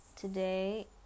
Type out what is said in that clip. today